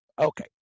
Okay